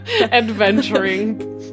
adventuring